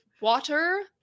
water